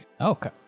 Okay